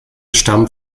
stammen